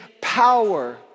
power